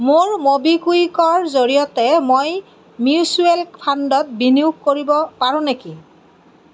মোৰ ম'বিকুইকৰ জৰিয়তে মই মিউচুৱেল ফাণ্ডত বিনিয়োগ কৰিব পাৰোঁ নেকি